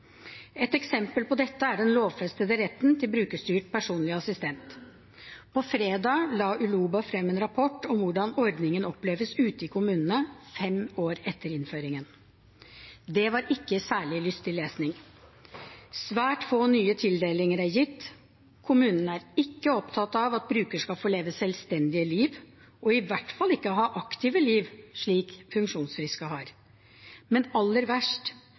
Et eksempel på dette er den lovfestede retten til brukerstyrt personlig assistent. På fredag la Uloba frem en rapport om hvordan ordningen oppleves ute i kommunene fem år etter innføringen. Det var ikke særlig lystig lesning. Svært få nye tildelinger er gitt, kommunene er ikke opptatt av at brukerne skal få leve selvstendige liv, og i hvert fall ikke ha aktive liv, slik funksjonsfriske har. Men aller verst: